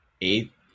eighth